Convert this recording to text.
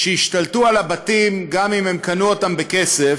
שהשתלטו על הבתים, גם אם הם קנו אותם בכסף,